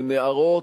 בנערות,